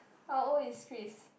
how old is Chris